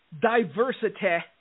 diversity